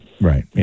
Right